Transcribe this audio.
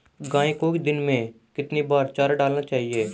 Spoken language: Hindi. गाय को दिन में कितनी बार चारा डालना चाहिए?